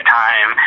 time